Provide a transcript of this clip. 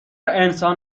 انسان